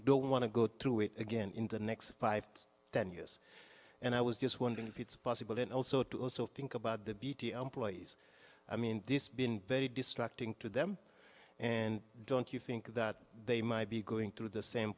don't want to go through it again in the next five to ten years and i was just wondering if it's possible and also to also think about the bt employees i mean this been very distracting to them and don't you think that they might be going through the same